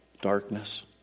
darkness